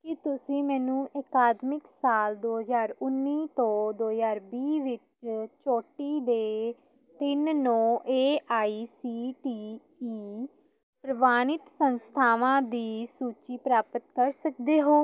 ਕੀ ਤੁਸੀਂ ਮੈਨੂੰ ਅਕਾਦਮਿਕ ਸਾਲ ਦੋ ਹਜ਼ਾਰ ਉੱਨੀ ਤੋਂ ਦੋ ਹਜ਼ਾਰ ਵੀਹ ਵਿੱਚ ਚੋਟੀ ਦੇ ਤਿੰਨ ਨੌਂ A I C T E ਪ੍ਰਵਾਨਿਤ ਸੰਸਥਾਵਾਂ ਦੀ ਸੂਚੀ ਪ੍ਰਾਪਤ ਕਰ ਸਕਦੇ ਹੋ